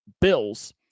Bills